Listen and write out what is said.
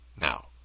Now